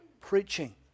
preaching